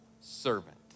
servant